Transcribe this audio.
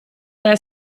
their